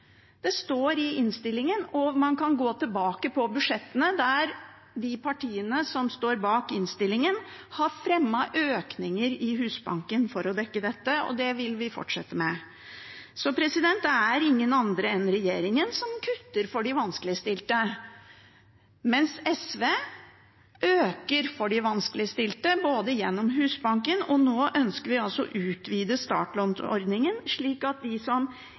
Det står i innstillingen, og man kan gå tilbake til budsjettene, der de partiene som står bak innstillingen, har fremmet økninger i Husbanken for å dekke dette – og det vil vi fortsette med. Så det er ingen andre enn regjeringen som kutter for de vanskeligstilte, mens SV øker for de vanskeligstilte, gjennom Husbanken, og nå ønsker vi altså å utvide startlånsordningen. Det finnes de som